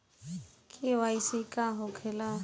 KYC का होखेला?